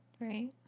Right